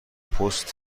پست